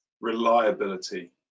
reliability